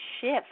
shift